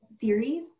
series